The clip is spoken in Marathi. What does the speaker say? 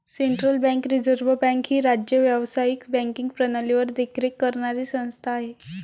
सेंट्रल बँक रिझर्व्ह बँक ही राज्य व्यावसायिक बँकिंग प्रणालीवर देखरेख करणारी संस्था आहे